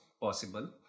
possible